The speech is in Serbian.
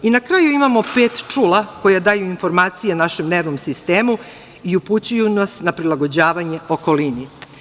Na kraju imamo pet čula koja daju informacije našem nervnom sistemu i upućuju nas na prilagođavanje okolini.